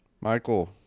michael